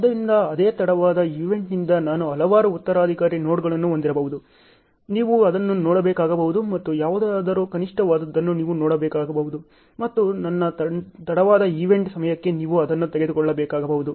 ಆದ್ದರಿಂದ ಅದೇ ತಡವಾದ ಈವೆಂಟ್ನಿಂದ ನಾನು ಹಲವಾರು ಉತ್ತರಾಧಿಕಾರಿ ನೋಡ್ಗಳನ್ನು ಹೊಂದಿರಬಹುದು ನೀವು ಅದನ್ನು ನೋಡಬೇಕಾಗಬಹುದು ಮತ್ತು ಯಾವುದಾದರೂ ಕನಿಷ್ಠವಾದುದನ್ನು ನೀವು ನೋಡಬೇಕಾಗಬಹುದು ಮತ್ತು ನನ್ನ ತಡವಾದ ಈವೆಂಟ್ ಸಮಯಕ್ಕೆ ನೀವು ಅದನ್ನು ತೆಗೆದುಕೊಳ್ಳಬೇಕಾಗಬಹುದು